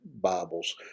Bibles